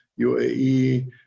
UAE